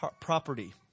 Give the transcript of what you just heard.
property